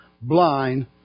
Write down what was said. blind